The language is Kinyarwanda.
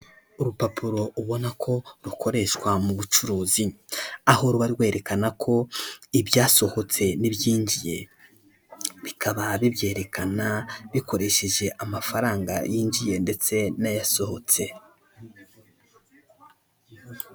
Urupapuro ubona ko rukoreshwa mu bucuruzi, aho ruba rwerekanaho ibyasohotse n'ibyinjiye, bikaba bibyerekana bikoresheje amafaranga yinjiye ndetse n'ayasohotse.